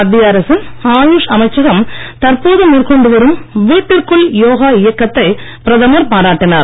மத்திய அரசின் ஆயுஷ் அமைச்சகம் தற்போது மேற்கொண்டு வரும் வீட்டிற்குள் யோகா இயக்கத்தை பிரதமர் பாராட்டினார்